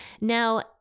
Now